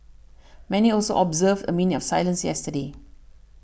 many also observed a minute of silence yesterday